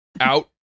Out